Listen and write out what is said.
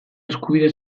eskubide